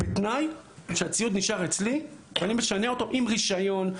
בתנאי שהציוד נשאר אצלי ואני משנע אותו עם רישיון,